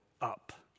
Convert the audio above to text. up